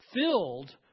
filled